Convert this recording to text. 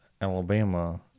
Alabama